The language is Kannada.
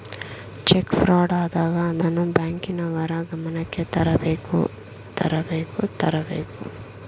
ಚೆಕ್ ಫ್ರಾಡ್ ಆದಾಗ ಅದನ್ನು ಬ್ಯಾಂಕಿನವರ ಗಮನಕ್ಕೆ ತರಬೇಕು ತರಬೇಕು ತರಬೇಕು